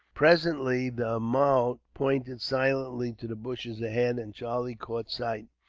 presently, the mahout pointed silently to the bushes ahead, and charlie caught sight,